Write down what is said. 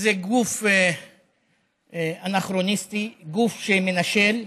שזה גוף אנכרוניסטי, גוף שמנשל,